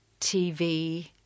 TV